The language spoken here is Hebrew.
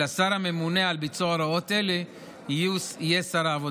אלא השר הממונה על ביצוע הוראות אלו יהיה שר העבודה.